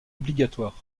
obligatoires